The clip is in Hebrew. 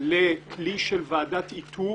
לכלי של ועדת איתור